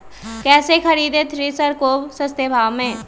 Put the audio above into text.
कैसे खरीदे थ्रेसर को सस्ते भाव में?